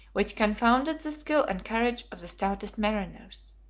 which confounded the skill and courage of the stoutest mariners.